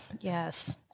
Yes